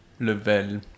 level